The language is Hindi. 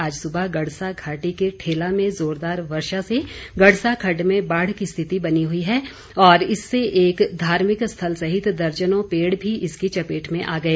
आज सुबह गड़सा घाटी के ठेला में जोरदार वर्षा से गड़सा खड़ड में बाढ़ की स्थिति बनी हुई है और इससे एक धार्मिक स्थल सहित दर्जनों पेड़ भी इसकी चपेट में आ गए